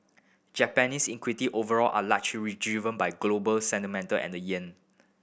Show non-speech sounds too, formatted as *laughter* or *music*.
Japanese equity overall are largely *unintelligible* driven by global sentiment and the yen